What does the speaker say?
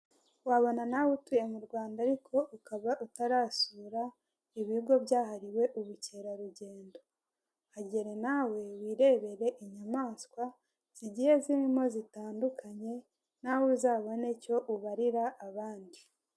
Wabona nawe utuye mu Rwanda ariko ukaba utarasura ibigo byahariwe ubukerarugendo. hagere nawe wirebere inyamaswa zigiye zirimo zitandukanye nawe uzabone icyo ubarira abandi.